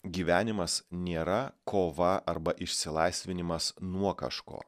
gyvenimas nėra kova arba išsilaisvinimas nuo kažko